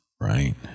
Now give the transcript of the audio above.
right